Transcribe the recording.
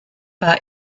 war